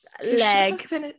leg